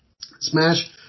Smash